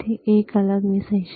તે એક અલગ વિષય છે